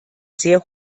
sehr